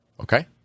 Okay